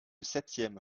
septième